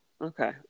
Okay